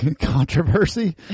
Controversy